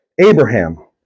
Abraham